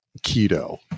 keto